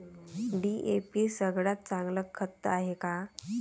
DAP सगळ्यात चांगलं खत हाये का?